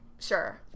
sure